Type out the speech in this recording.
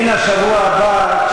מהשבוע הבא,